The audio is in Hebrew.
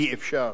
אי-אפשר.